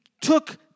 took